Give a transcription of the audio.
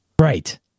Right